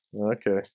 Okay